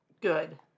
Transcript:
Good